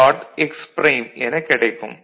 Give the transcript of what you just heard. x' எனக் கிடைக்கும்